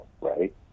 right